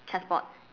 transport